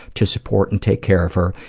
to support and take care of her,